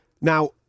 Now